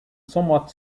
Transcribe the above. somewhat